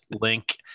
Link